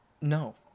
No